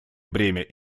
бремя